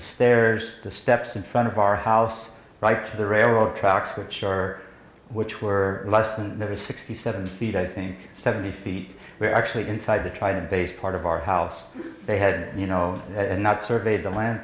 stairs the steps in front of our house right to the railroad tracks which are which were less than there was sixty seven feet i think seventy feet we're actually inside the trident base part of our house they had you know not surveyed the land